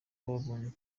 babonye